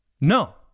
No